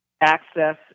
access